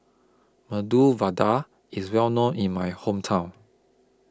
Medu Vada IS Well known in My Hometown